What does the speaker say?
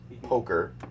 poker